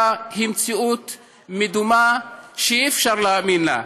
היא מציאות מדומה שאי-אפשר להאמין לה,